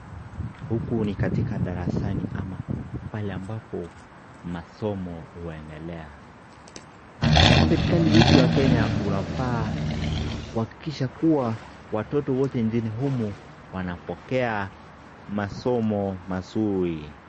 Huku ni katika darasani ama pale ambapo masomo unaendelea. Serikali yetu ya Kenya unafaa kuhakikisha kuwa watoto wote nchini humu wanapokea masomo mazuri.